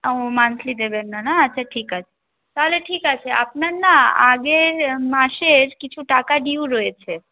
ও monthly দেবেন না না আচ্ছা ঠিক আছে তাহলে ঠিক আছে আপনার না আগের মাসের কিছু টাকা ডিউ রয়েছে